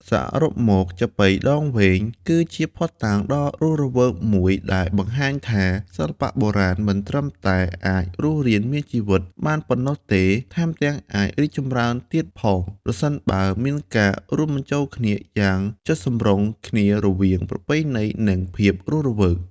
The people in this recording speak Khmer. សរុបសេចក្ដីមក ចាប៉ីដងវែង គឺជាភស្តុតាងដ៏រស់រវើកមួយដែលបង្ហាញថា សិល្បៈបុរាណមិនត្រឹមតែអាចរស់រានមានជីវិតបានប៉ុណ្ណោះទេ ថែមទាំងអាចរីកចម្រើនទៀតផង ប្រសិនបើមានការរួមបញ្ចូលគ្នាយ៉ាងចុះសម្រុងគ្នារវាង ប្រពៃណី និង ភាពរស់រវើក។